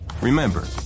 Remember